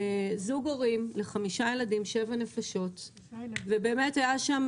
זוג הורים לחמישה ילדים, שבע נפשות, והיה שם